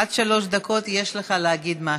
עד שלוש דקות יש לך להגיד משהו,